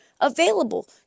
available